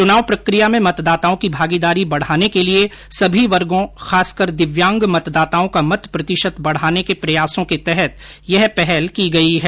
चुनाव प्रकिया में मतदाताओं की भागीदारी बढाने के लिए सभी वर्गों खासकर दिव्यांग मतदाताओं का मत प्रतिशत बढ़ाने के प्रयासों के तहत यह पहल की गयी है